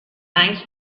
anys